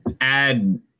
add